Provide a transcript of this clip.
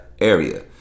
area